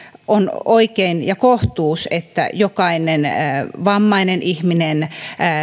on oikein ja kohtuus että jokainen vammainen ihminen